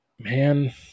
man